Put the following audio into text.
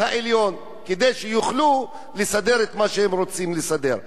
העליון כדי שיוכלו לסדר את מה שהם רוצים לסדר.